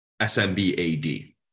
SMBAD